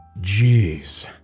Jeez